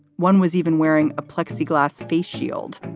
one was even wearing a plexiglas face shield.